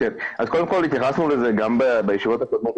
קודם כל התייחסנו לזה גם בישיבות הקודמות